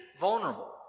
vulnerable